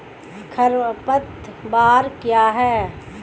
खरपतवार क्या है?